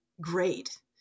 great